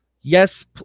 Yes